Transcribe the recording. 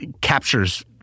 captures